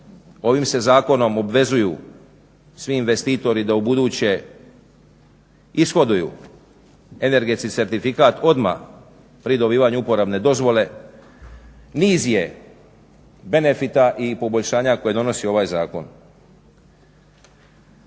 ovim se zakonom obvezuju svi investitori da ubuduće ishoduju energetski certifikat odmah pri dobivanju uporabne dozvole. Niz je benefita i poboljšanja koje donosi ovaj zakon.